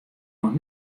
noch